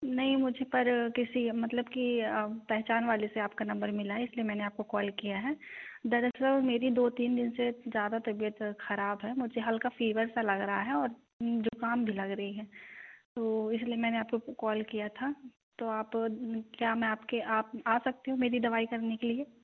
नहीं मुझे पर किसी मतलब की पहचान वाले से आपका नंबर मिला है इसलिए मैंने आपको कॉल किया है दरअसल मेरी दो तीन दिन से जादा तबियत खराब है मुझे हल्का फीवर सा लग रहा है और जुखाम भी लग रही है तो इसलिए मैंने आपको क कॉल किया था तो आप क्या मैं आपके आप आ सकती हूँ मेरी दवाई करने के लिए